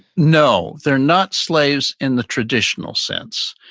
no, they're not slaves in the traditional sense.